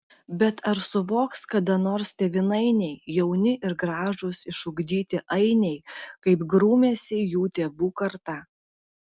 bet ar suvoks kada nors tėvynainiai jauni ir gražūs išugdyti ainiai kaip grūmėsi jų tėvų karta